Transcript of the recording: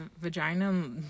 vagina